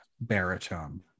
baritone